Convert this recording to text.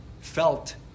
felt